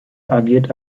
agierte